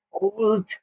old